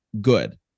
good